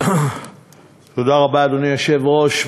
תודה רבה, אדוני היושב-ראש.